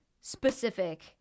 specific